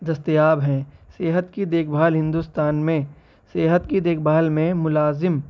دستیاب ہیں صحت کی دیکھ بھال ہندوستان میں صحت کی دیکھ بھال میں ملازم